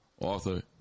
author